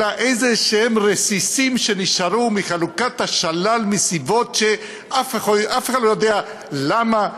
אלא רסיסים כלשהם שנשארו מחלוקת השלל מסיבות שאף אחד לא יודע למה.